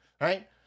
right